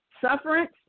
sufferance